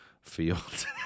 field